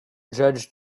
judge